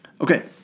Okay